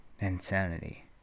insanity